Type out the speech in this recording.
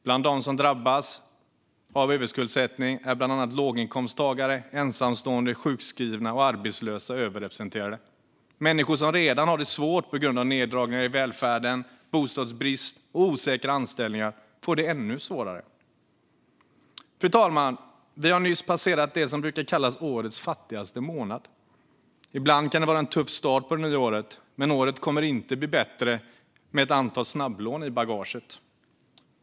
Bland dem som drabbas av överskuldsättning är bland annat låginkomsttagare, ensamstående, sjukskrivna och arbetslösa överrepresenterade. Människor som redan har det svårt på grund av neddragningar i välfärden, bostadsbrist och osäkra anställningar får det ännu svårare. Fru talman! Vi har nyss passerat det som brukar kallas årets fattigaste månad. Ibland kan det vara en tuff start på det nya året, men året kommer inte att bli bättre med ett antal snabblån i bagaget.